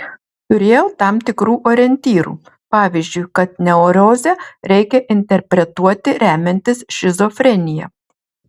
turėjau tam tikrų orientyrų pavyzdžiui kad neurozę reikia interpretuoti remiantis šizofrenija